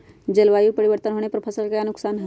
जलवायु परिवर्तन होने पर फसल का क्या नुकसान है?